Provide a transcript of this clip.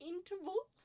Interval